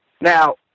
Now